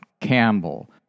Campbell